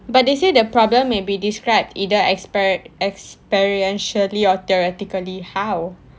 but they say the problem may be described either experi~ experientially or theoretically how